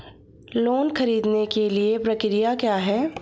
Loan ख़रीदने के लिए प्रक्रिया क्या है?